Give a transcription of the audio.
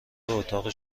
اتاق